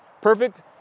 Perfect